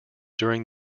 during